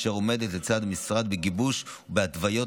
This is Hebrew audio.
אשר עומדת לצד המשרד בגיבוש ובהתוויות